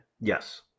Yes